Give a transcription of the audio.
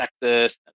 Texas